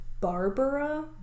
Barbara